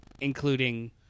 including